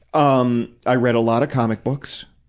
um i read a lot of comic books.